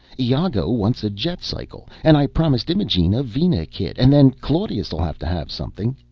iago wants a jetcycle and i promised imogene a vina kit and then claudius'll have to have something.